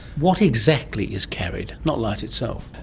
what exactly is carried? not light itself?